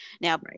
Now